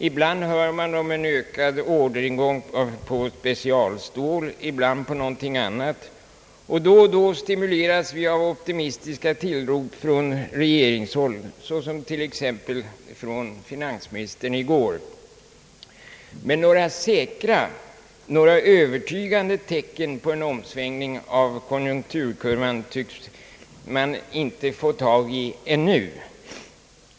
Ibland hör man talas om en ökad orderingång på specialstål, ibland på någonting annat. Och då och då stimuleras vi av optimistiska tillrop från regeringen, såsom t.ex. från finansministern i går. Men några säkra, några övertygande tecken på en omsvängning av konjunkturkurvan tycks man inte få tag i ännu.